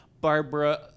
Barbara